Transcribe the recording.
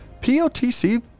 POTC